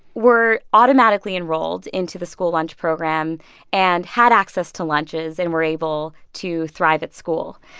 were automatically enrolled into the school lunch program and had access to lunches and were able to thrive at school.